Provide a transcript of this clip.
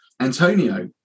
Antonio